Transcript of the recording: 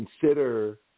consider